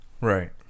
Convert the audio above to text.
Right